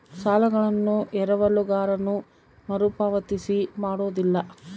ಸಾಲಗಳನ್ನು ಎರವಲುಗಾರನು ಮರುಪಾವತಿ ಮಾಡೋದಿಲ್ಲ